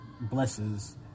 blesses